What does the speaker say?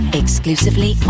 exclusively